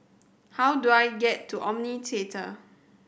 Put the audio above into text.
how do I get to Omni Theatre